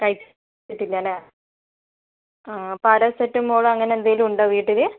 കഴിച്ചിട്ടില്ലല്ലേ പാരാസെറ്റമോളോ അങ്ങനെന്തേലും ഉണ്ടോ വീട്ടില്